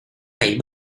này